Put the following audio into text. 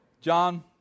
John